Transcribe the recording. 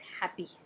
happy